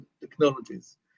technologies